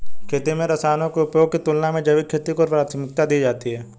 खेती में रसायनों के उपयोग की तुलना में जैविक खेती को प्राथमिकता दी जाती है